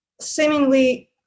seemingly